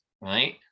right